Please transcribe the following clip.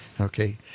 Okay